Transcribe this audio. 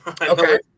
Okay